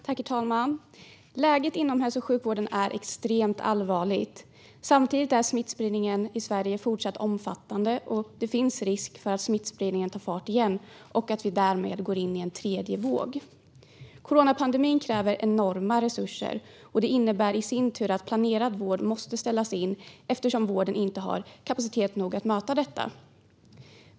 Herr talman! Läget inom hälso och sjukvården är extremt allvarligt. Samtidigt är smittspridningen i Sverige fortsatt omfattande, och det finns risk för att smittspridningen tar fart igen och att vi därmed går in i en tredje våg. Coronapandemin kräver enorma resurser, och det innebär i sin tur att planerad vård måste ställas in eftersom vården inte har kapacitet nog att möta detta.